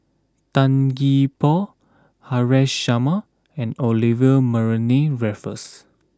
Tan Gee Paw Haresh Sharma and Olivia Mariamne Raffles